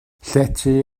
llety